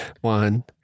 one